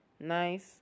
nice